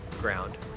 ground